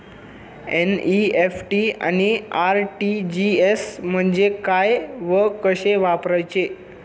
NEFT आणि RTGS म्हणजे काय व कसे वापरायचे?